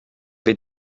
wir